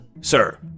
sir